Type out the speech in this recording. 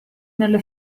nelle